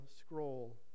scroll